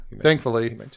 thankfully